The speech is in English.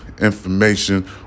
information